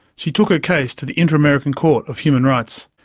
she took her case to the inter-american court of human rights.